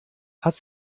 hat